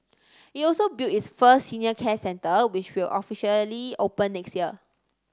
it also built its first senior care centre which will officially open next year